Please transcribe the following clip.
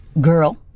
girl